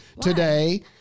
today